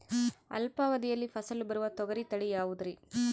ಅಲ್ಪಾವಧಿಯಲ್ಲಿ ಫಸಲು ಬರುವ ತೊಗರಿ ತಳಿ ಯಾವುದುರಿ?